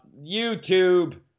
YouTube